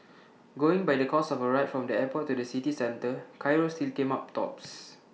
going by the cost of A ride from the airport to the city centre Cairo still came up tops